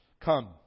come